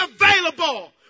available